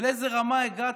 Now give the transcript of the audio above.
ולאיזו רמה הגעתם?